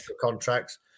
contracts